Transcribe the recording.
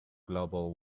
global